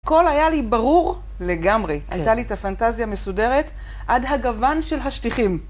הכל היה לי ברור לגמרי, הייתה לי את הפנטזיה מסודרת עד הגוון של השטיחים.